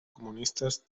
comunistes